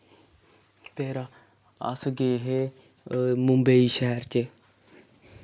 फिर अस गे हे मुंबई शैह्र च